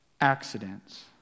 accidents